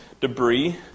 debris